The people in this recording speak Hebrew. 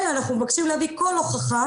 אלא אנחנו מבקשים להביא כל הוכחה